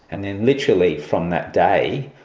and and literally from that day,